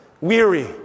weary